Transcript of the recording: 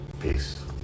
Peace